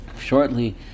shortly